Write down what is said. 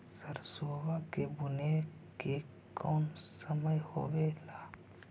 सरसोबा के बुने के कौन समय होबे ला?